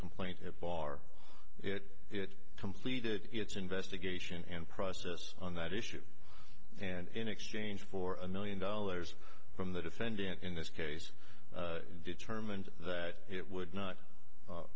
complaint it bar it it completed its investigation and process on that issue and in exchange for a million dollars from the defendant in this case determined that it would not